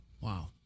Wow